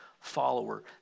follower